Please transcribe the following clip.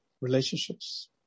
relationships